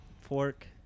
fork